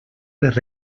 les